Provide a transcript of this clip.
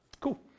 Cool